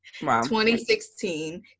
2016